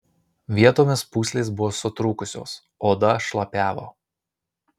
vietomis pūslės buvo sutrūkusios oda šlapiavo